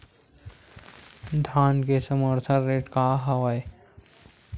धान के समर्थन रेट का हवाय?